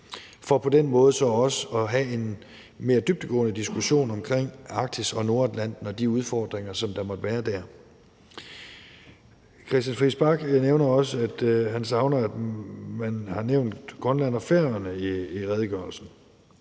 for på den måde også at have en mere dybdegående diskussion omkring Arktis og Nordatlanten og de udfordringer, som der måtte være der. Christian Friis Bach nævnte også, at han savner, at man har nævnt Grønland og Færøerne i redegørelsen.